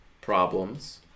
problems